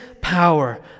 power